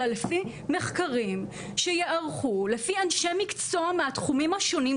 אלא לפי מחקרים שייערכו לפי אנשי מקצוע מהתחומים השונים,